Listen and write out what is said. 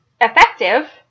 effective